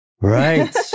Right